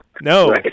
no